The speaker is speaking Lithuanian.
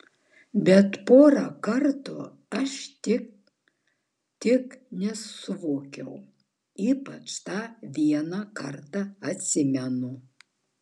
bet porą kartų aš tik tik nesuveikiau ypač tą vieną kartą atsimenu